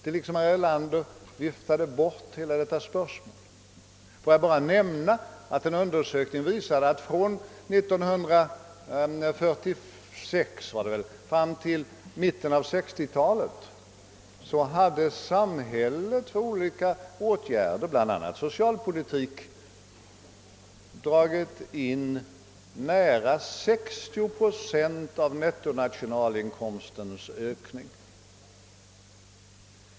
Herr Erlander liksom viftade bort hela detta avvägningsspörsmål. Får jag nämna att en undersökning visat, att samhället från år 1946 fram till mitten av 1960-talet genom olika skatteåtgärder och socialförsäkring, hade dragit in nära 60 procent av nettonationalinkomstens ökning.